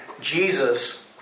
Jesus